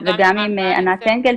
וגם עם ענת אנגל,